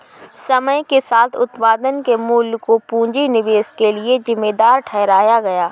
समय के साथ उत्पादन के मूल्य को पूंजी निवेश के लिए जिम्मेदार ठहराया गया